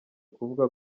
kuvuga